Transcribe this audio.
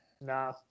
Nah